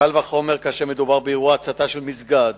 קל וחומר כאשר מדובר באירוע הצתה של מסגד,